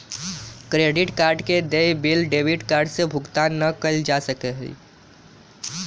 credit card के देय bill debit card से भुगतान ना कइल जा सका हई